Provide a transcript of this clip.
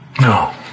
No